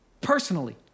personally